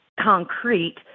concrete